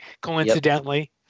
coincidentally